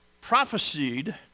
prophesied